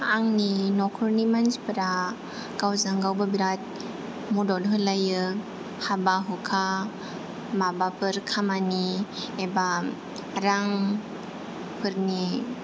आंनि नखरनि मानसिफोरा गावजों गावबो बिरात मदद होलायो हाबा हुखा माबाफोर खामानि एबा रां फोरनि